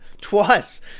twice